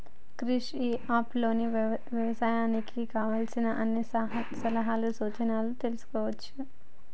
Krish e app లో వ్యవసాయానికి కావలసిన అన్ని సలహాలు సూచనలు తెల్సుకోవచ్చు